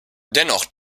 dennoch